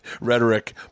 rhetoric